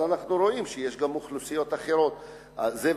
אנחנו גם רואים שיש אוכלוסיות אחרות כאלה.